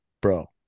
Bro